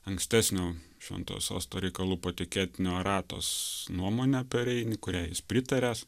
ankstesnio šventojo sosto reikalų patikėtinio eratos nuomone apie reinį kuriai jis pritaria